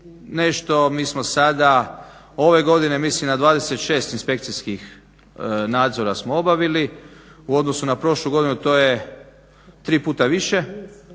nešto. Mi smo sada ove godine mislim na 26 inspekcijskih nadzora smo obavili u odnosu na prošlu godinu. To je tri puta više.